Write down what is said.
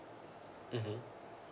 mmhmm